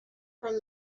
from